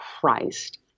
Christ